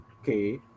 okay